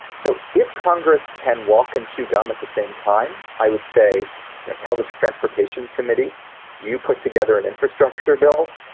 so if congress can walk and chew gum at the same time, i would say you know tell the transportation committee you put together an infrastructure bill.